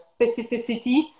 specificity